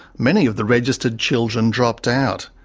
many of the registered children dropped out.